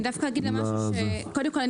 קודם כול,